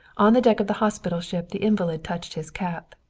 on the deck of the hospital ship the invalid touched his cap.